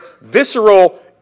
visceral